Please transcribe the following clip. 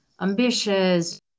ambitious